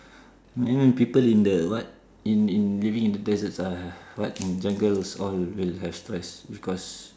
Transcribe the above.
then when people in the what in in living in the deserts ah what in jungles all will have stress because